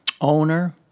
owner